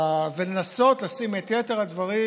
ולנסות לשים את יתר הדברים